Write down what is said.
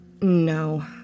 No